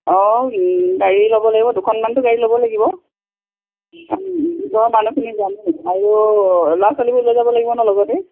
অঁ গাড়ী ল'ব লাগিব দুখনমানতো গাড়ী ল'ব লাগিব গোটৰ মানুহখিনি যামেই আৰু ল'ৰা ছোৱালীবোৰ লৈ যাব লাগিব ন লগতে